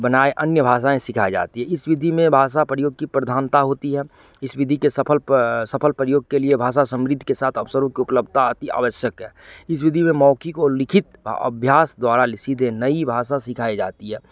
बनाए अन्य भाषाएँ सिखाई जाती हैं इस विधी में भाषा प्रयोग की प्रधानता होती है इस विधी के सफल सफल प्रयोग के लिए भाषा समृद्धि के साथ अवसरों की उपलब्धता अति आवश्यक है इस विधी में मौखिक और लिखित अभ्यास द्वारा ली सीधे नई भाषा सिखाई जाती है